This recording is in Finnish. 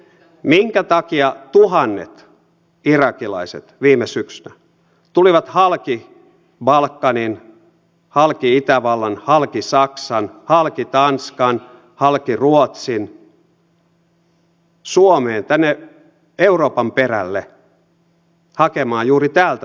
minkä takia tuhannet irakilaiset viime syksynä tulivat halki balkanin halki itävallan halki saksan halki tanskan halki ruotsin suomeen tänne euroopan perälle hakemaan juuri täältä turvapaikkaa